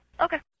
Okay